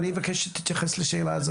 אני מבקש שתתייחס לשאלה הזאת.